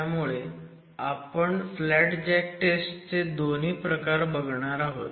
त्यामुळे आपण flat jack test चे दोन्ही प्रकार बघणार आहोत